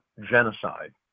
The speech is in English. genocide